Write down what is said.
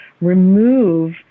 remove